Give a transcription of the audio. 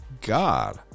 god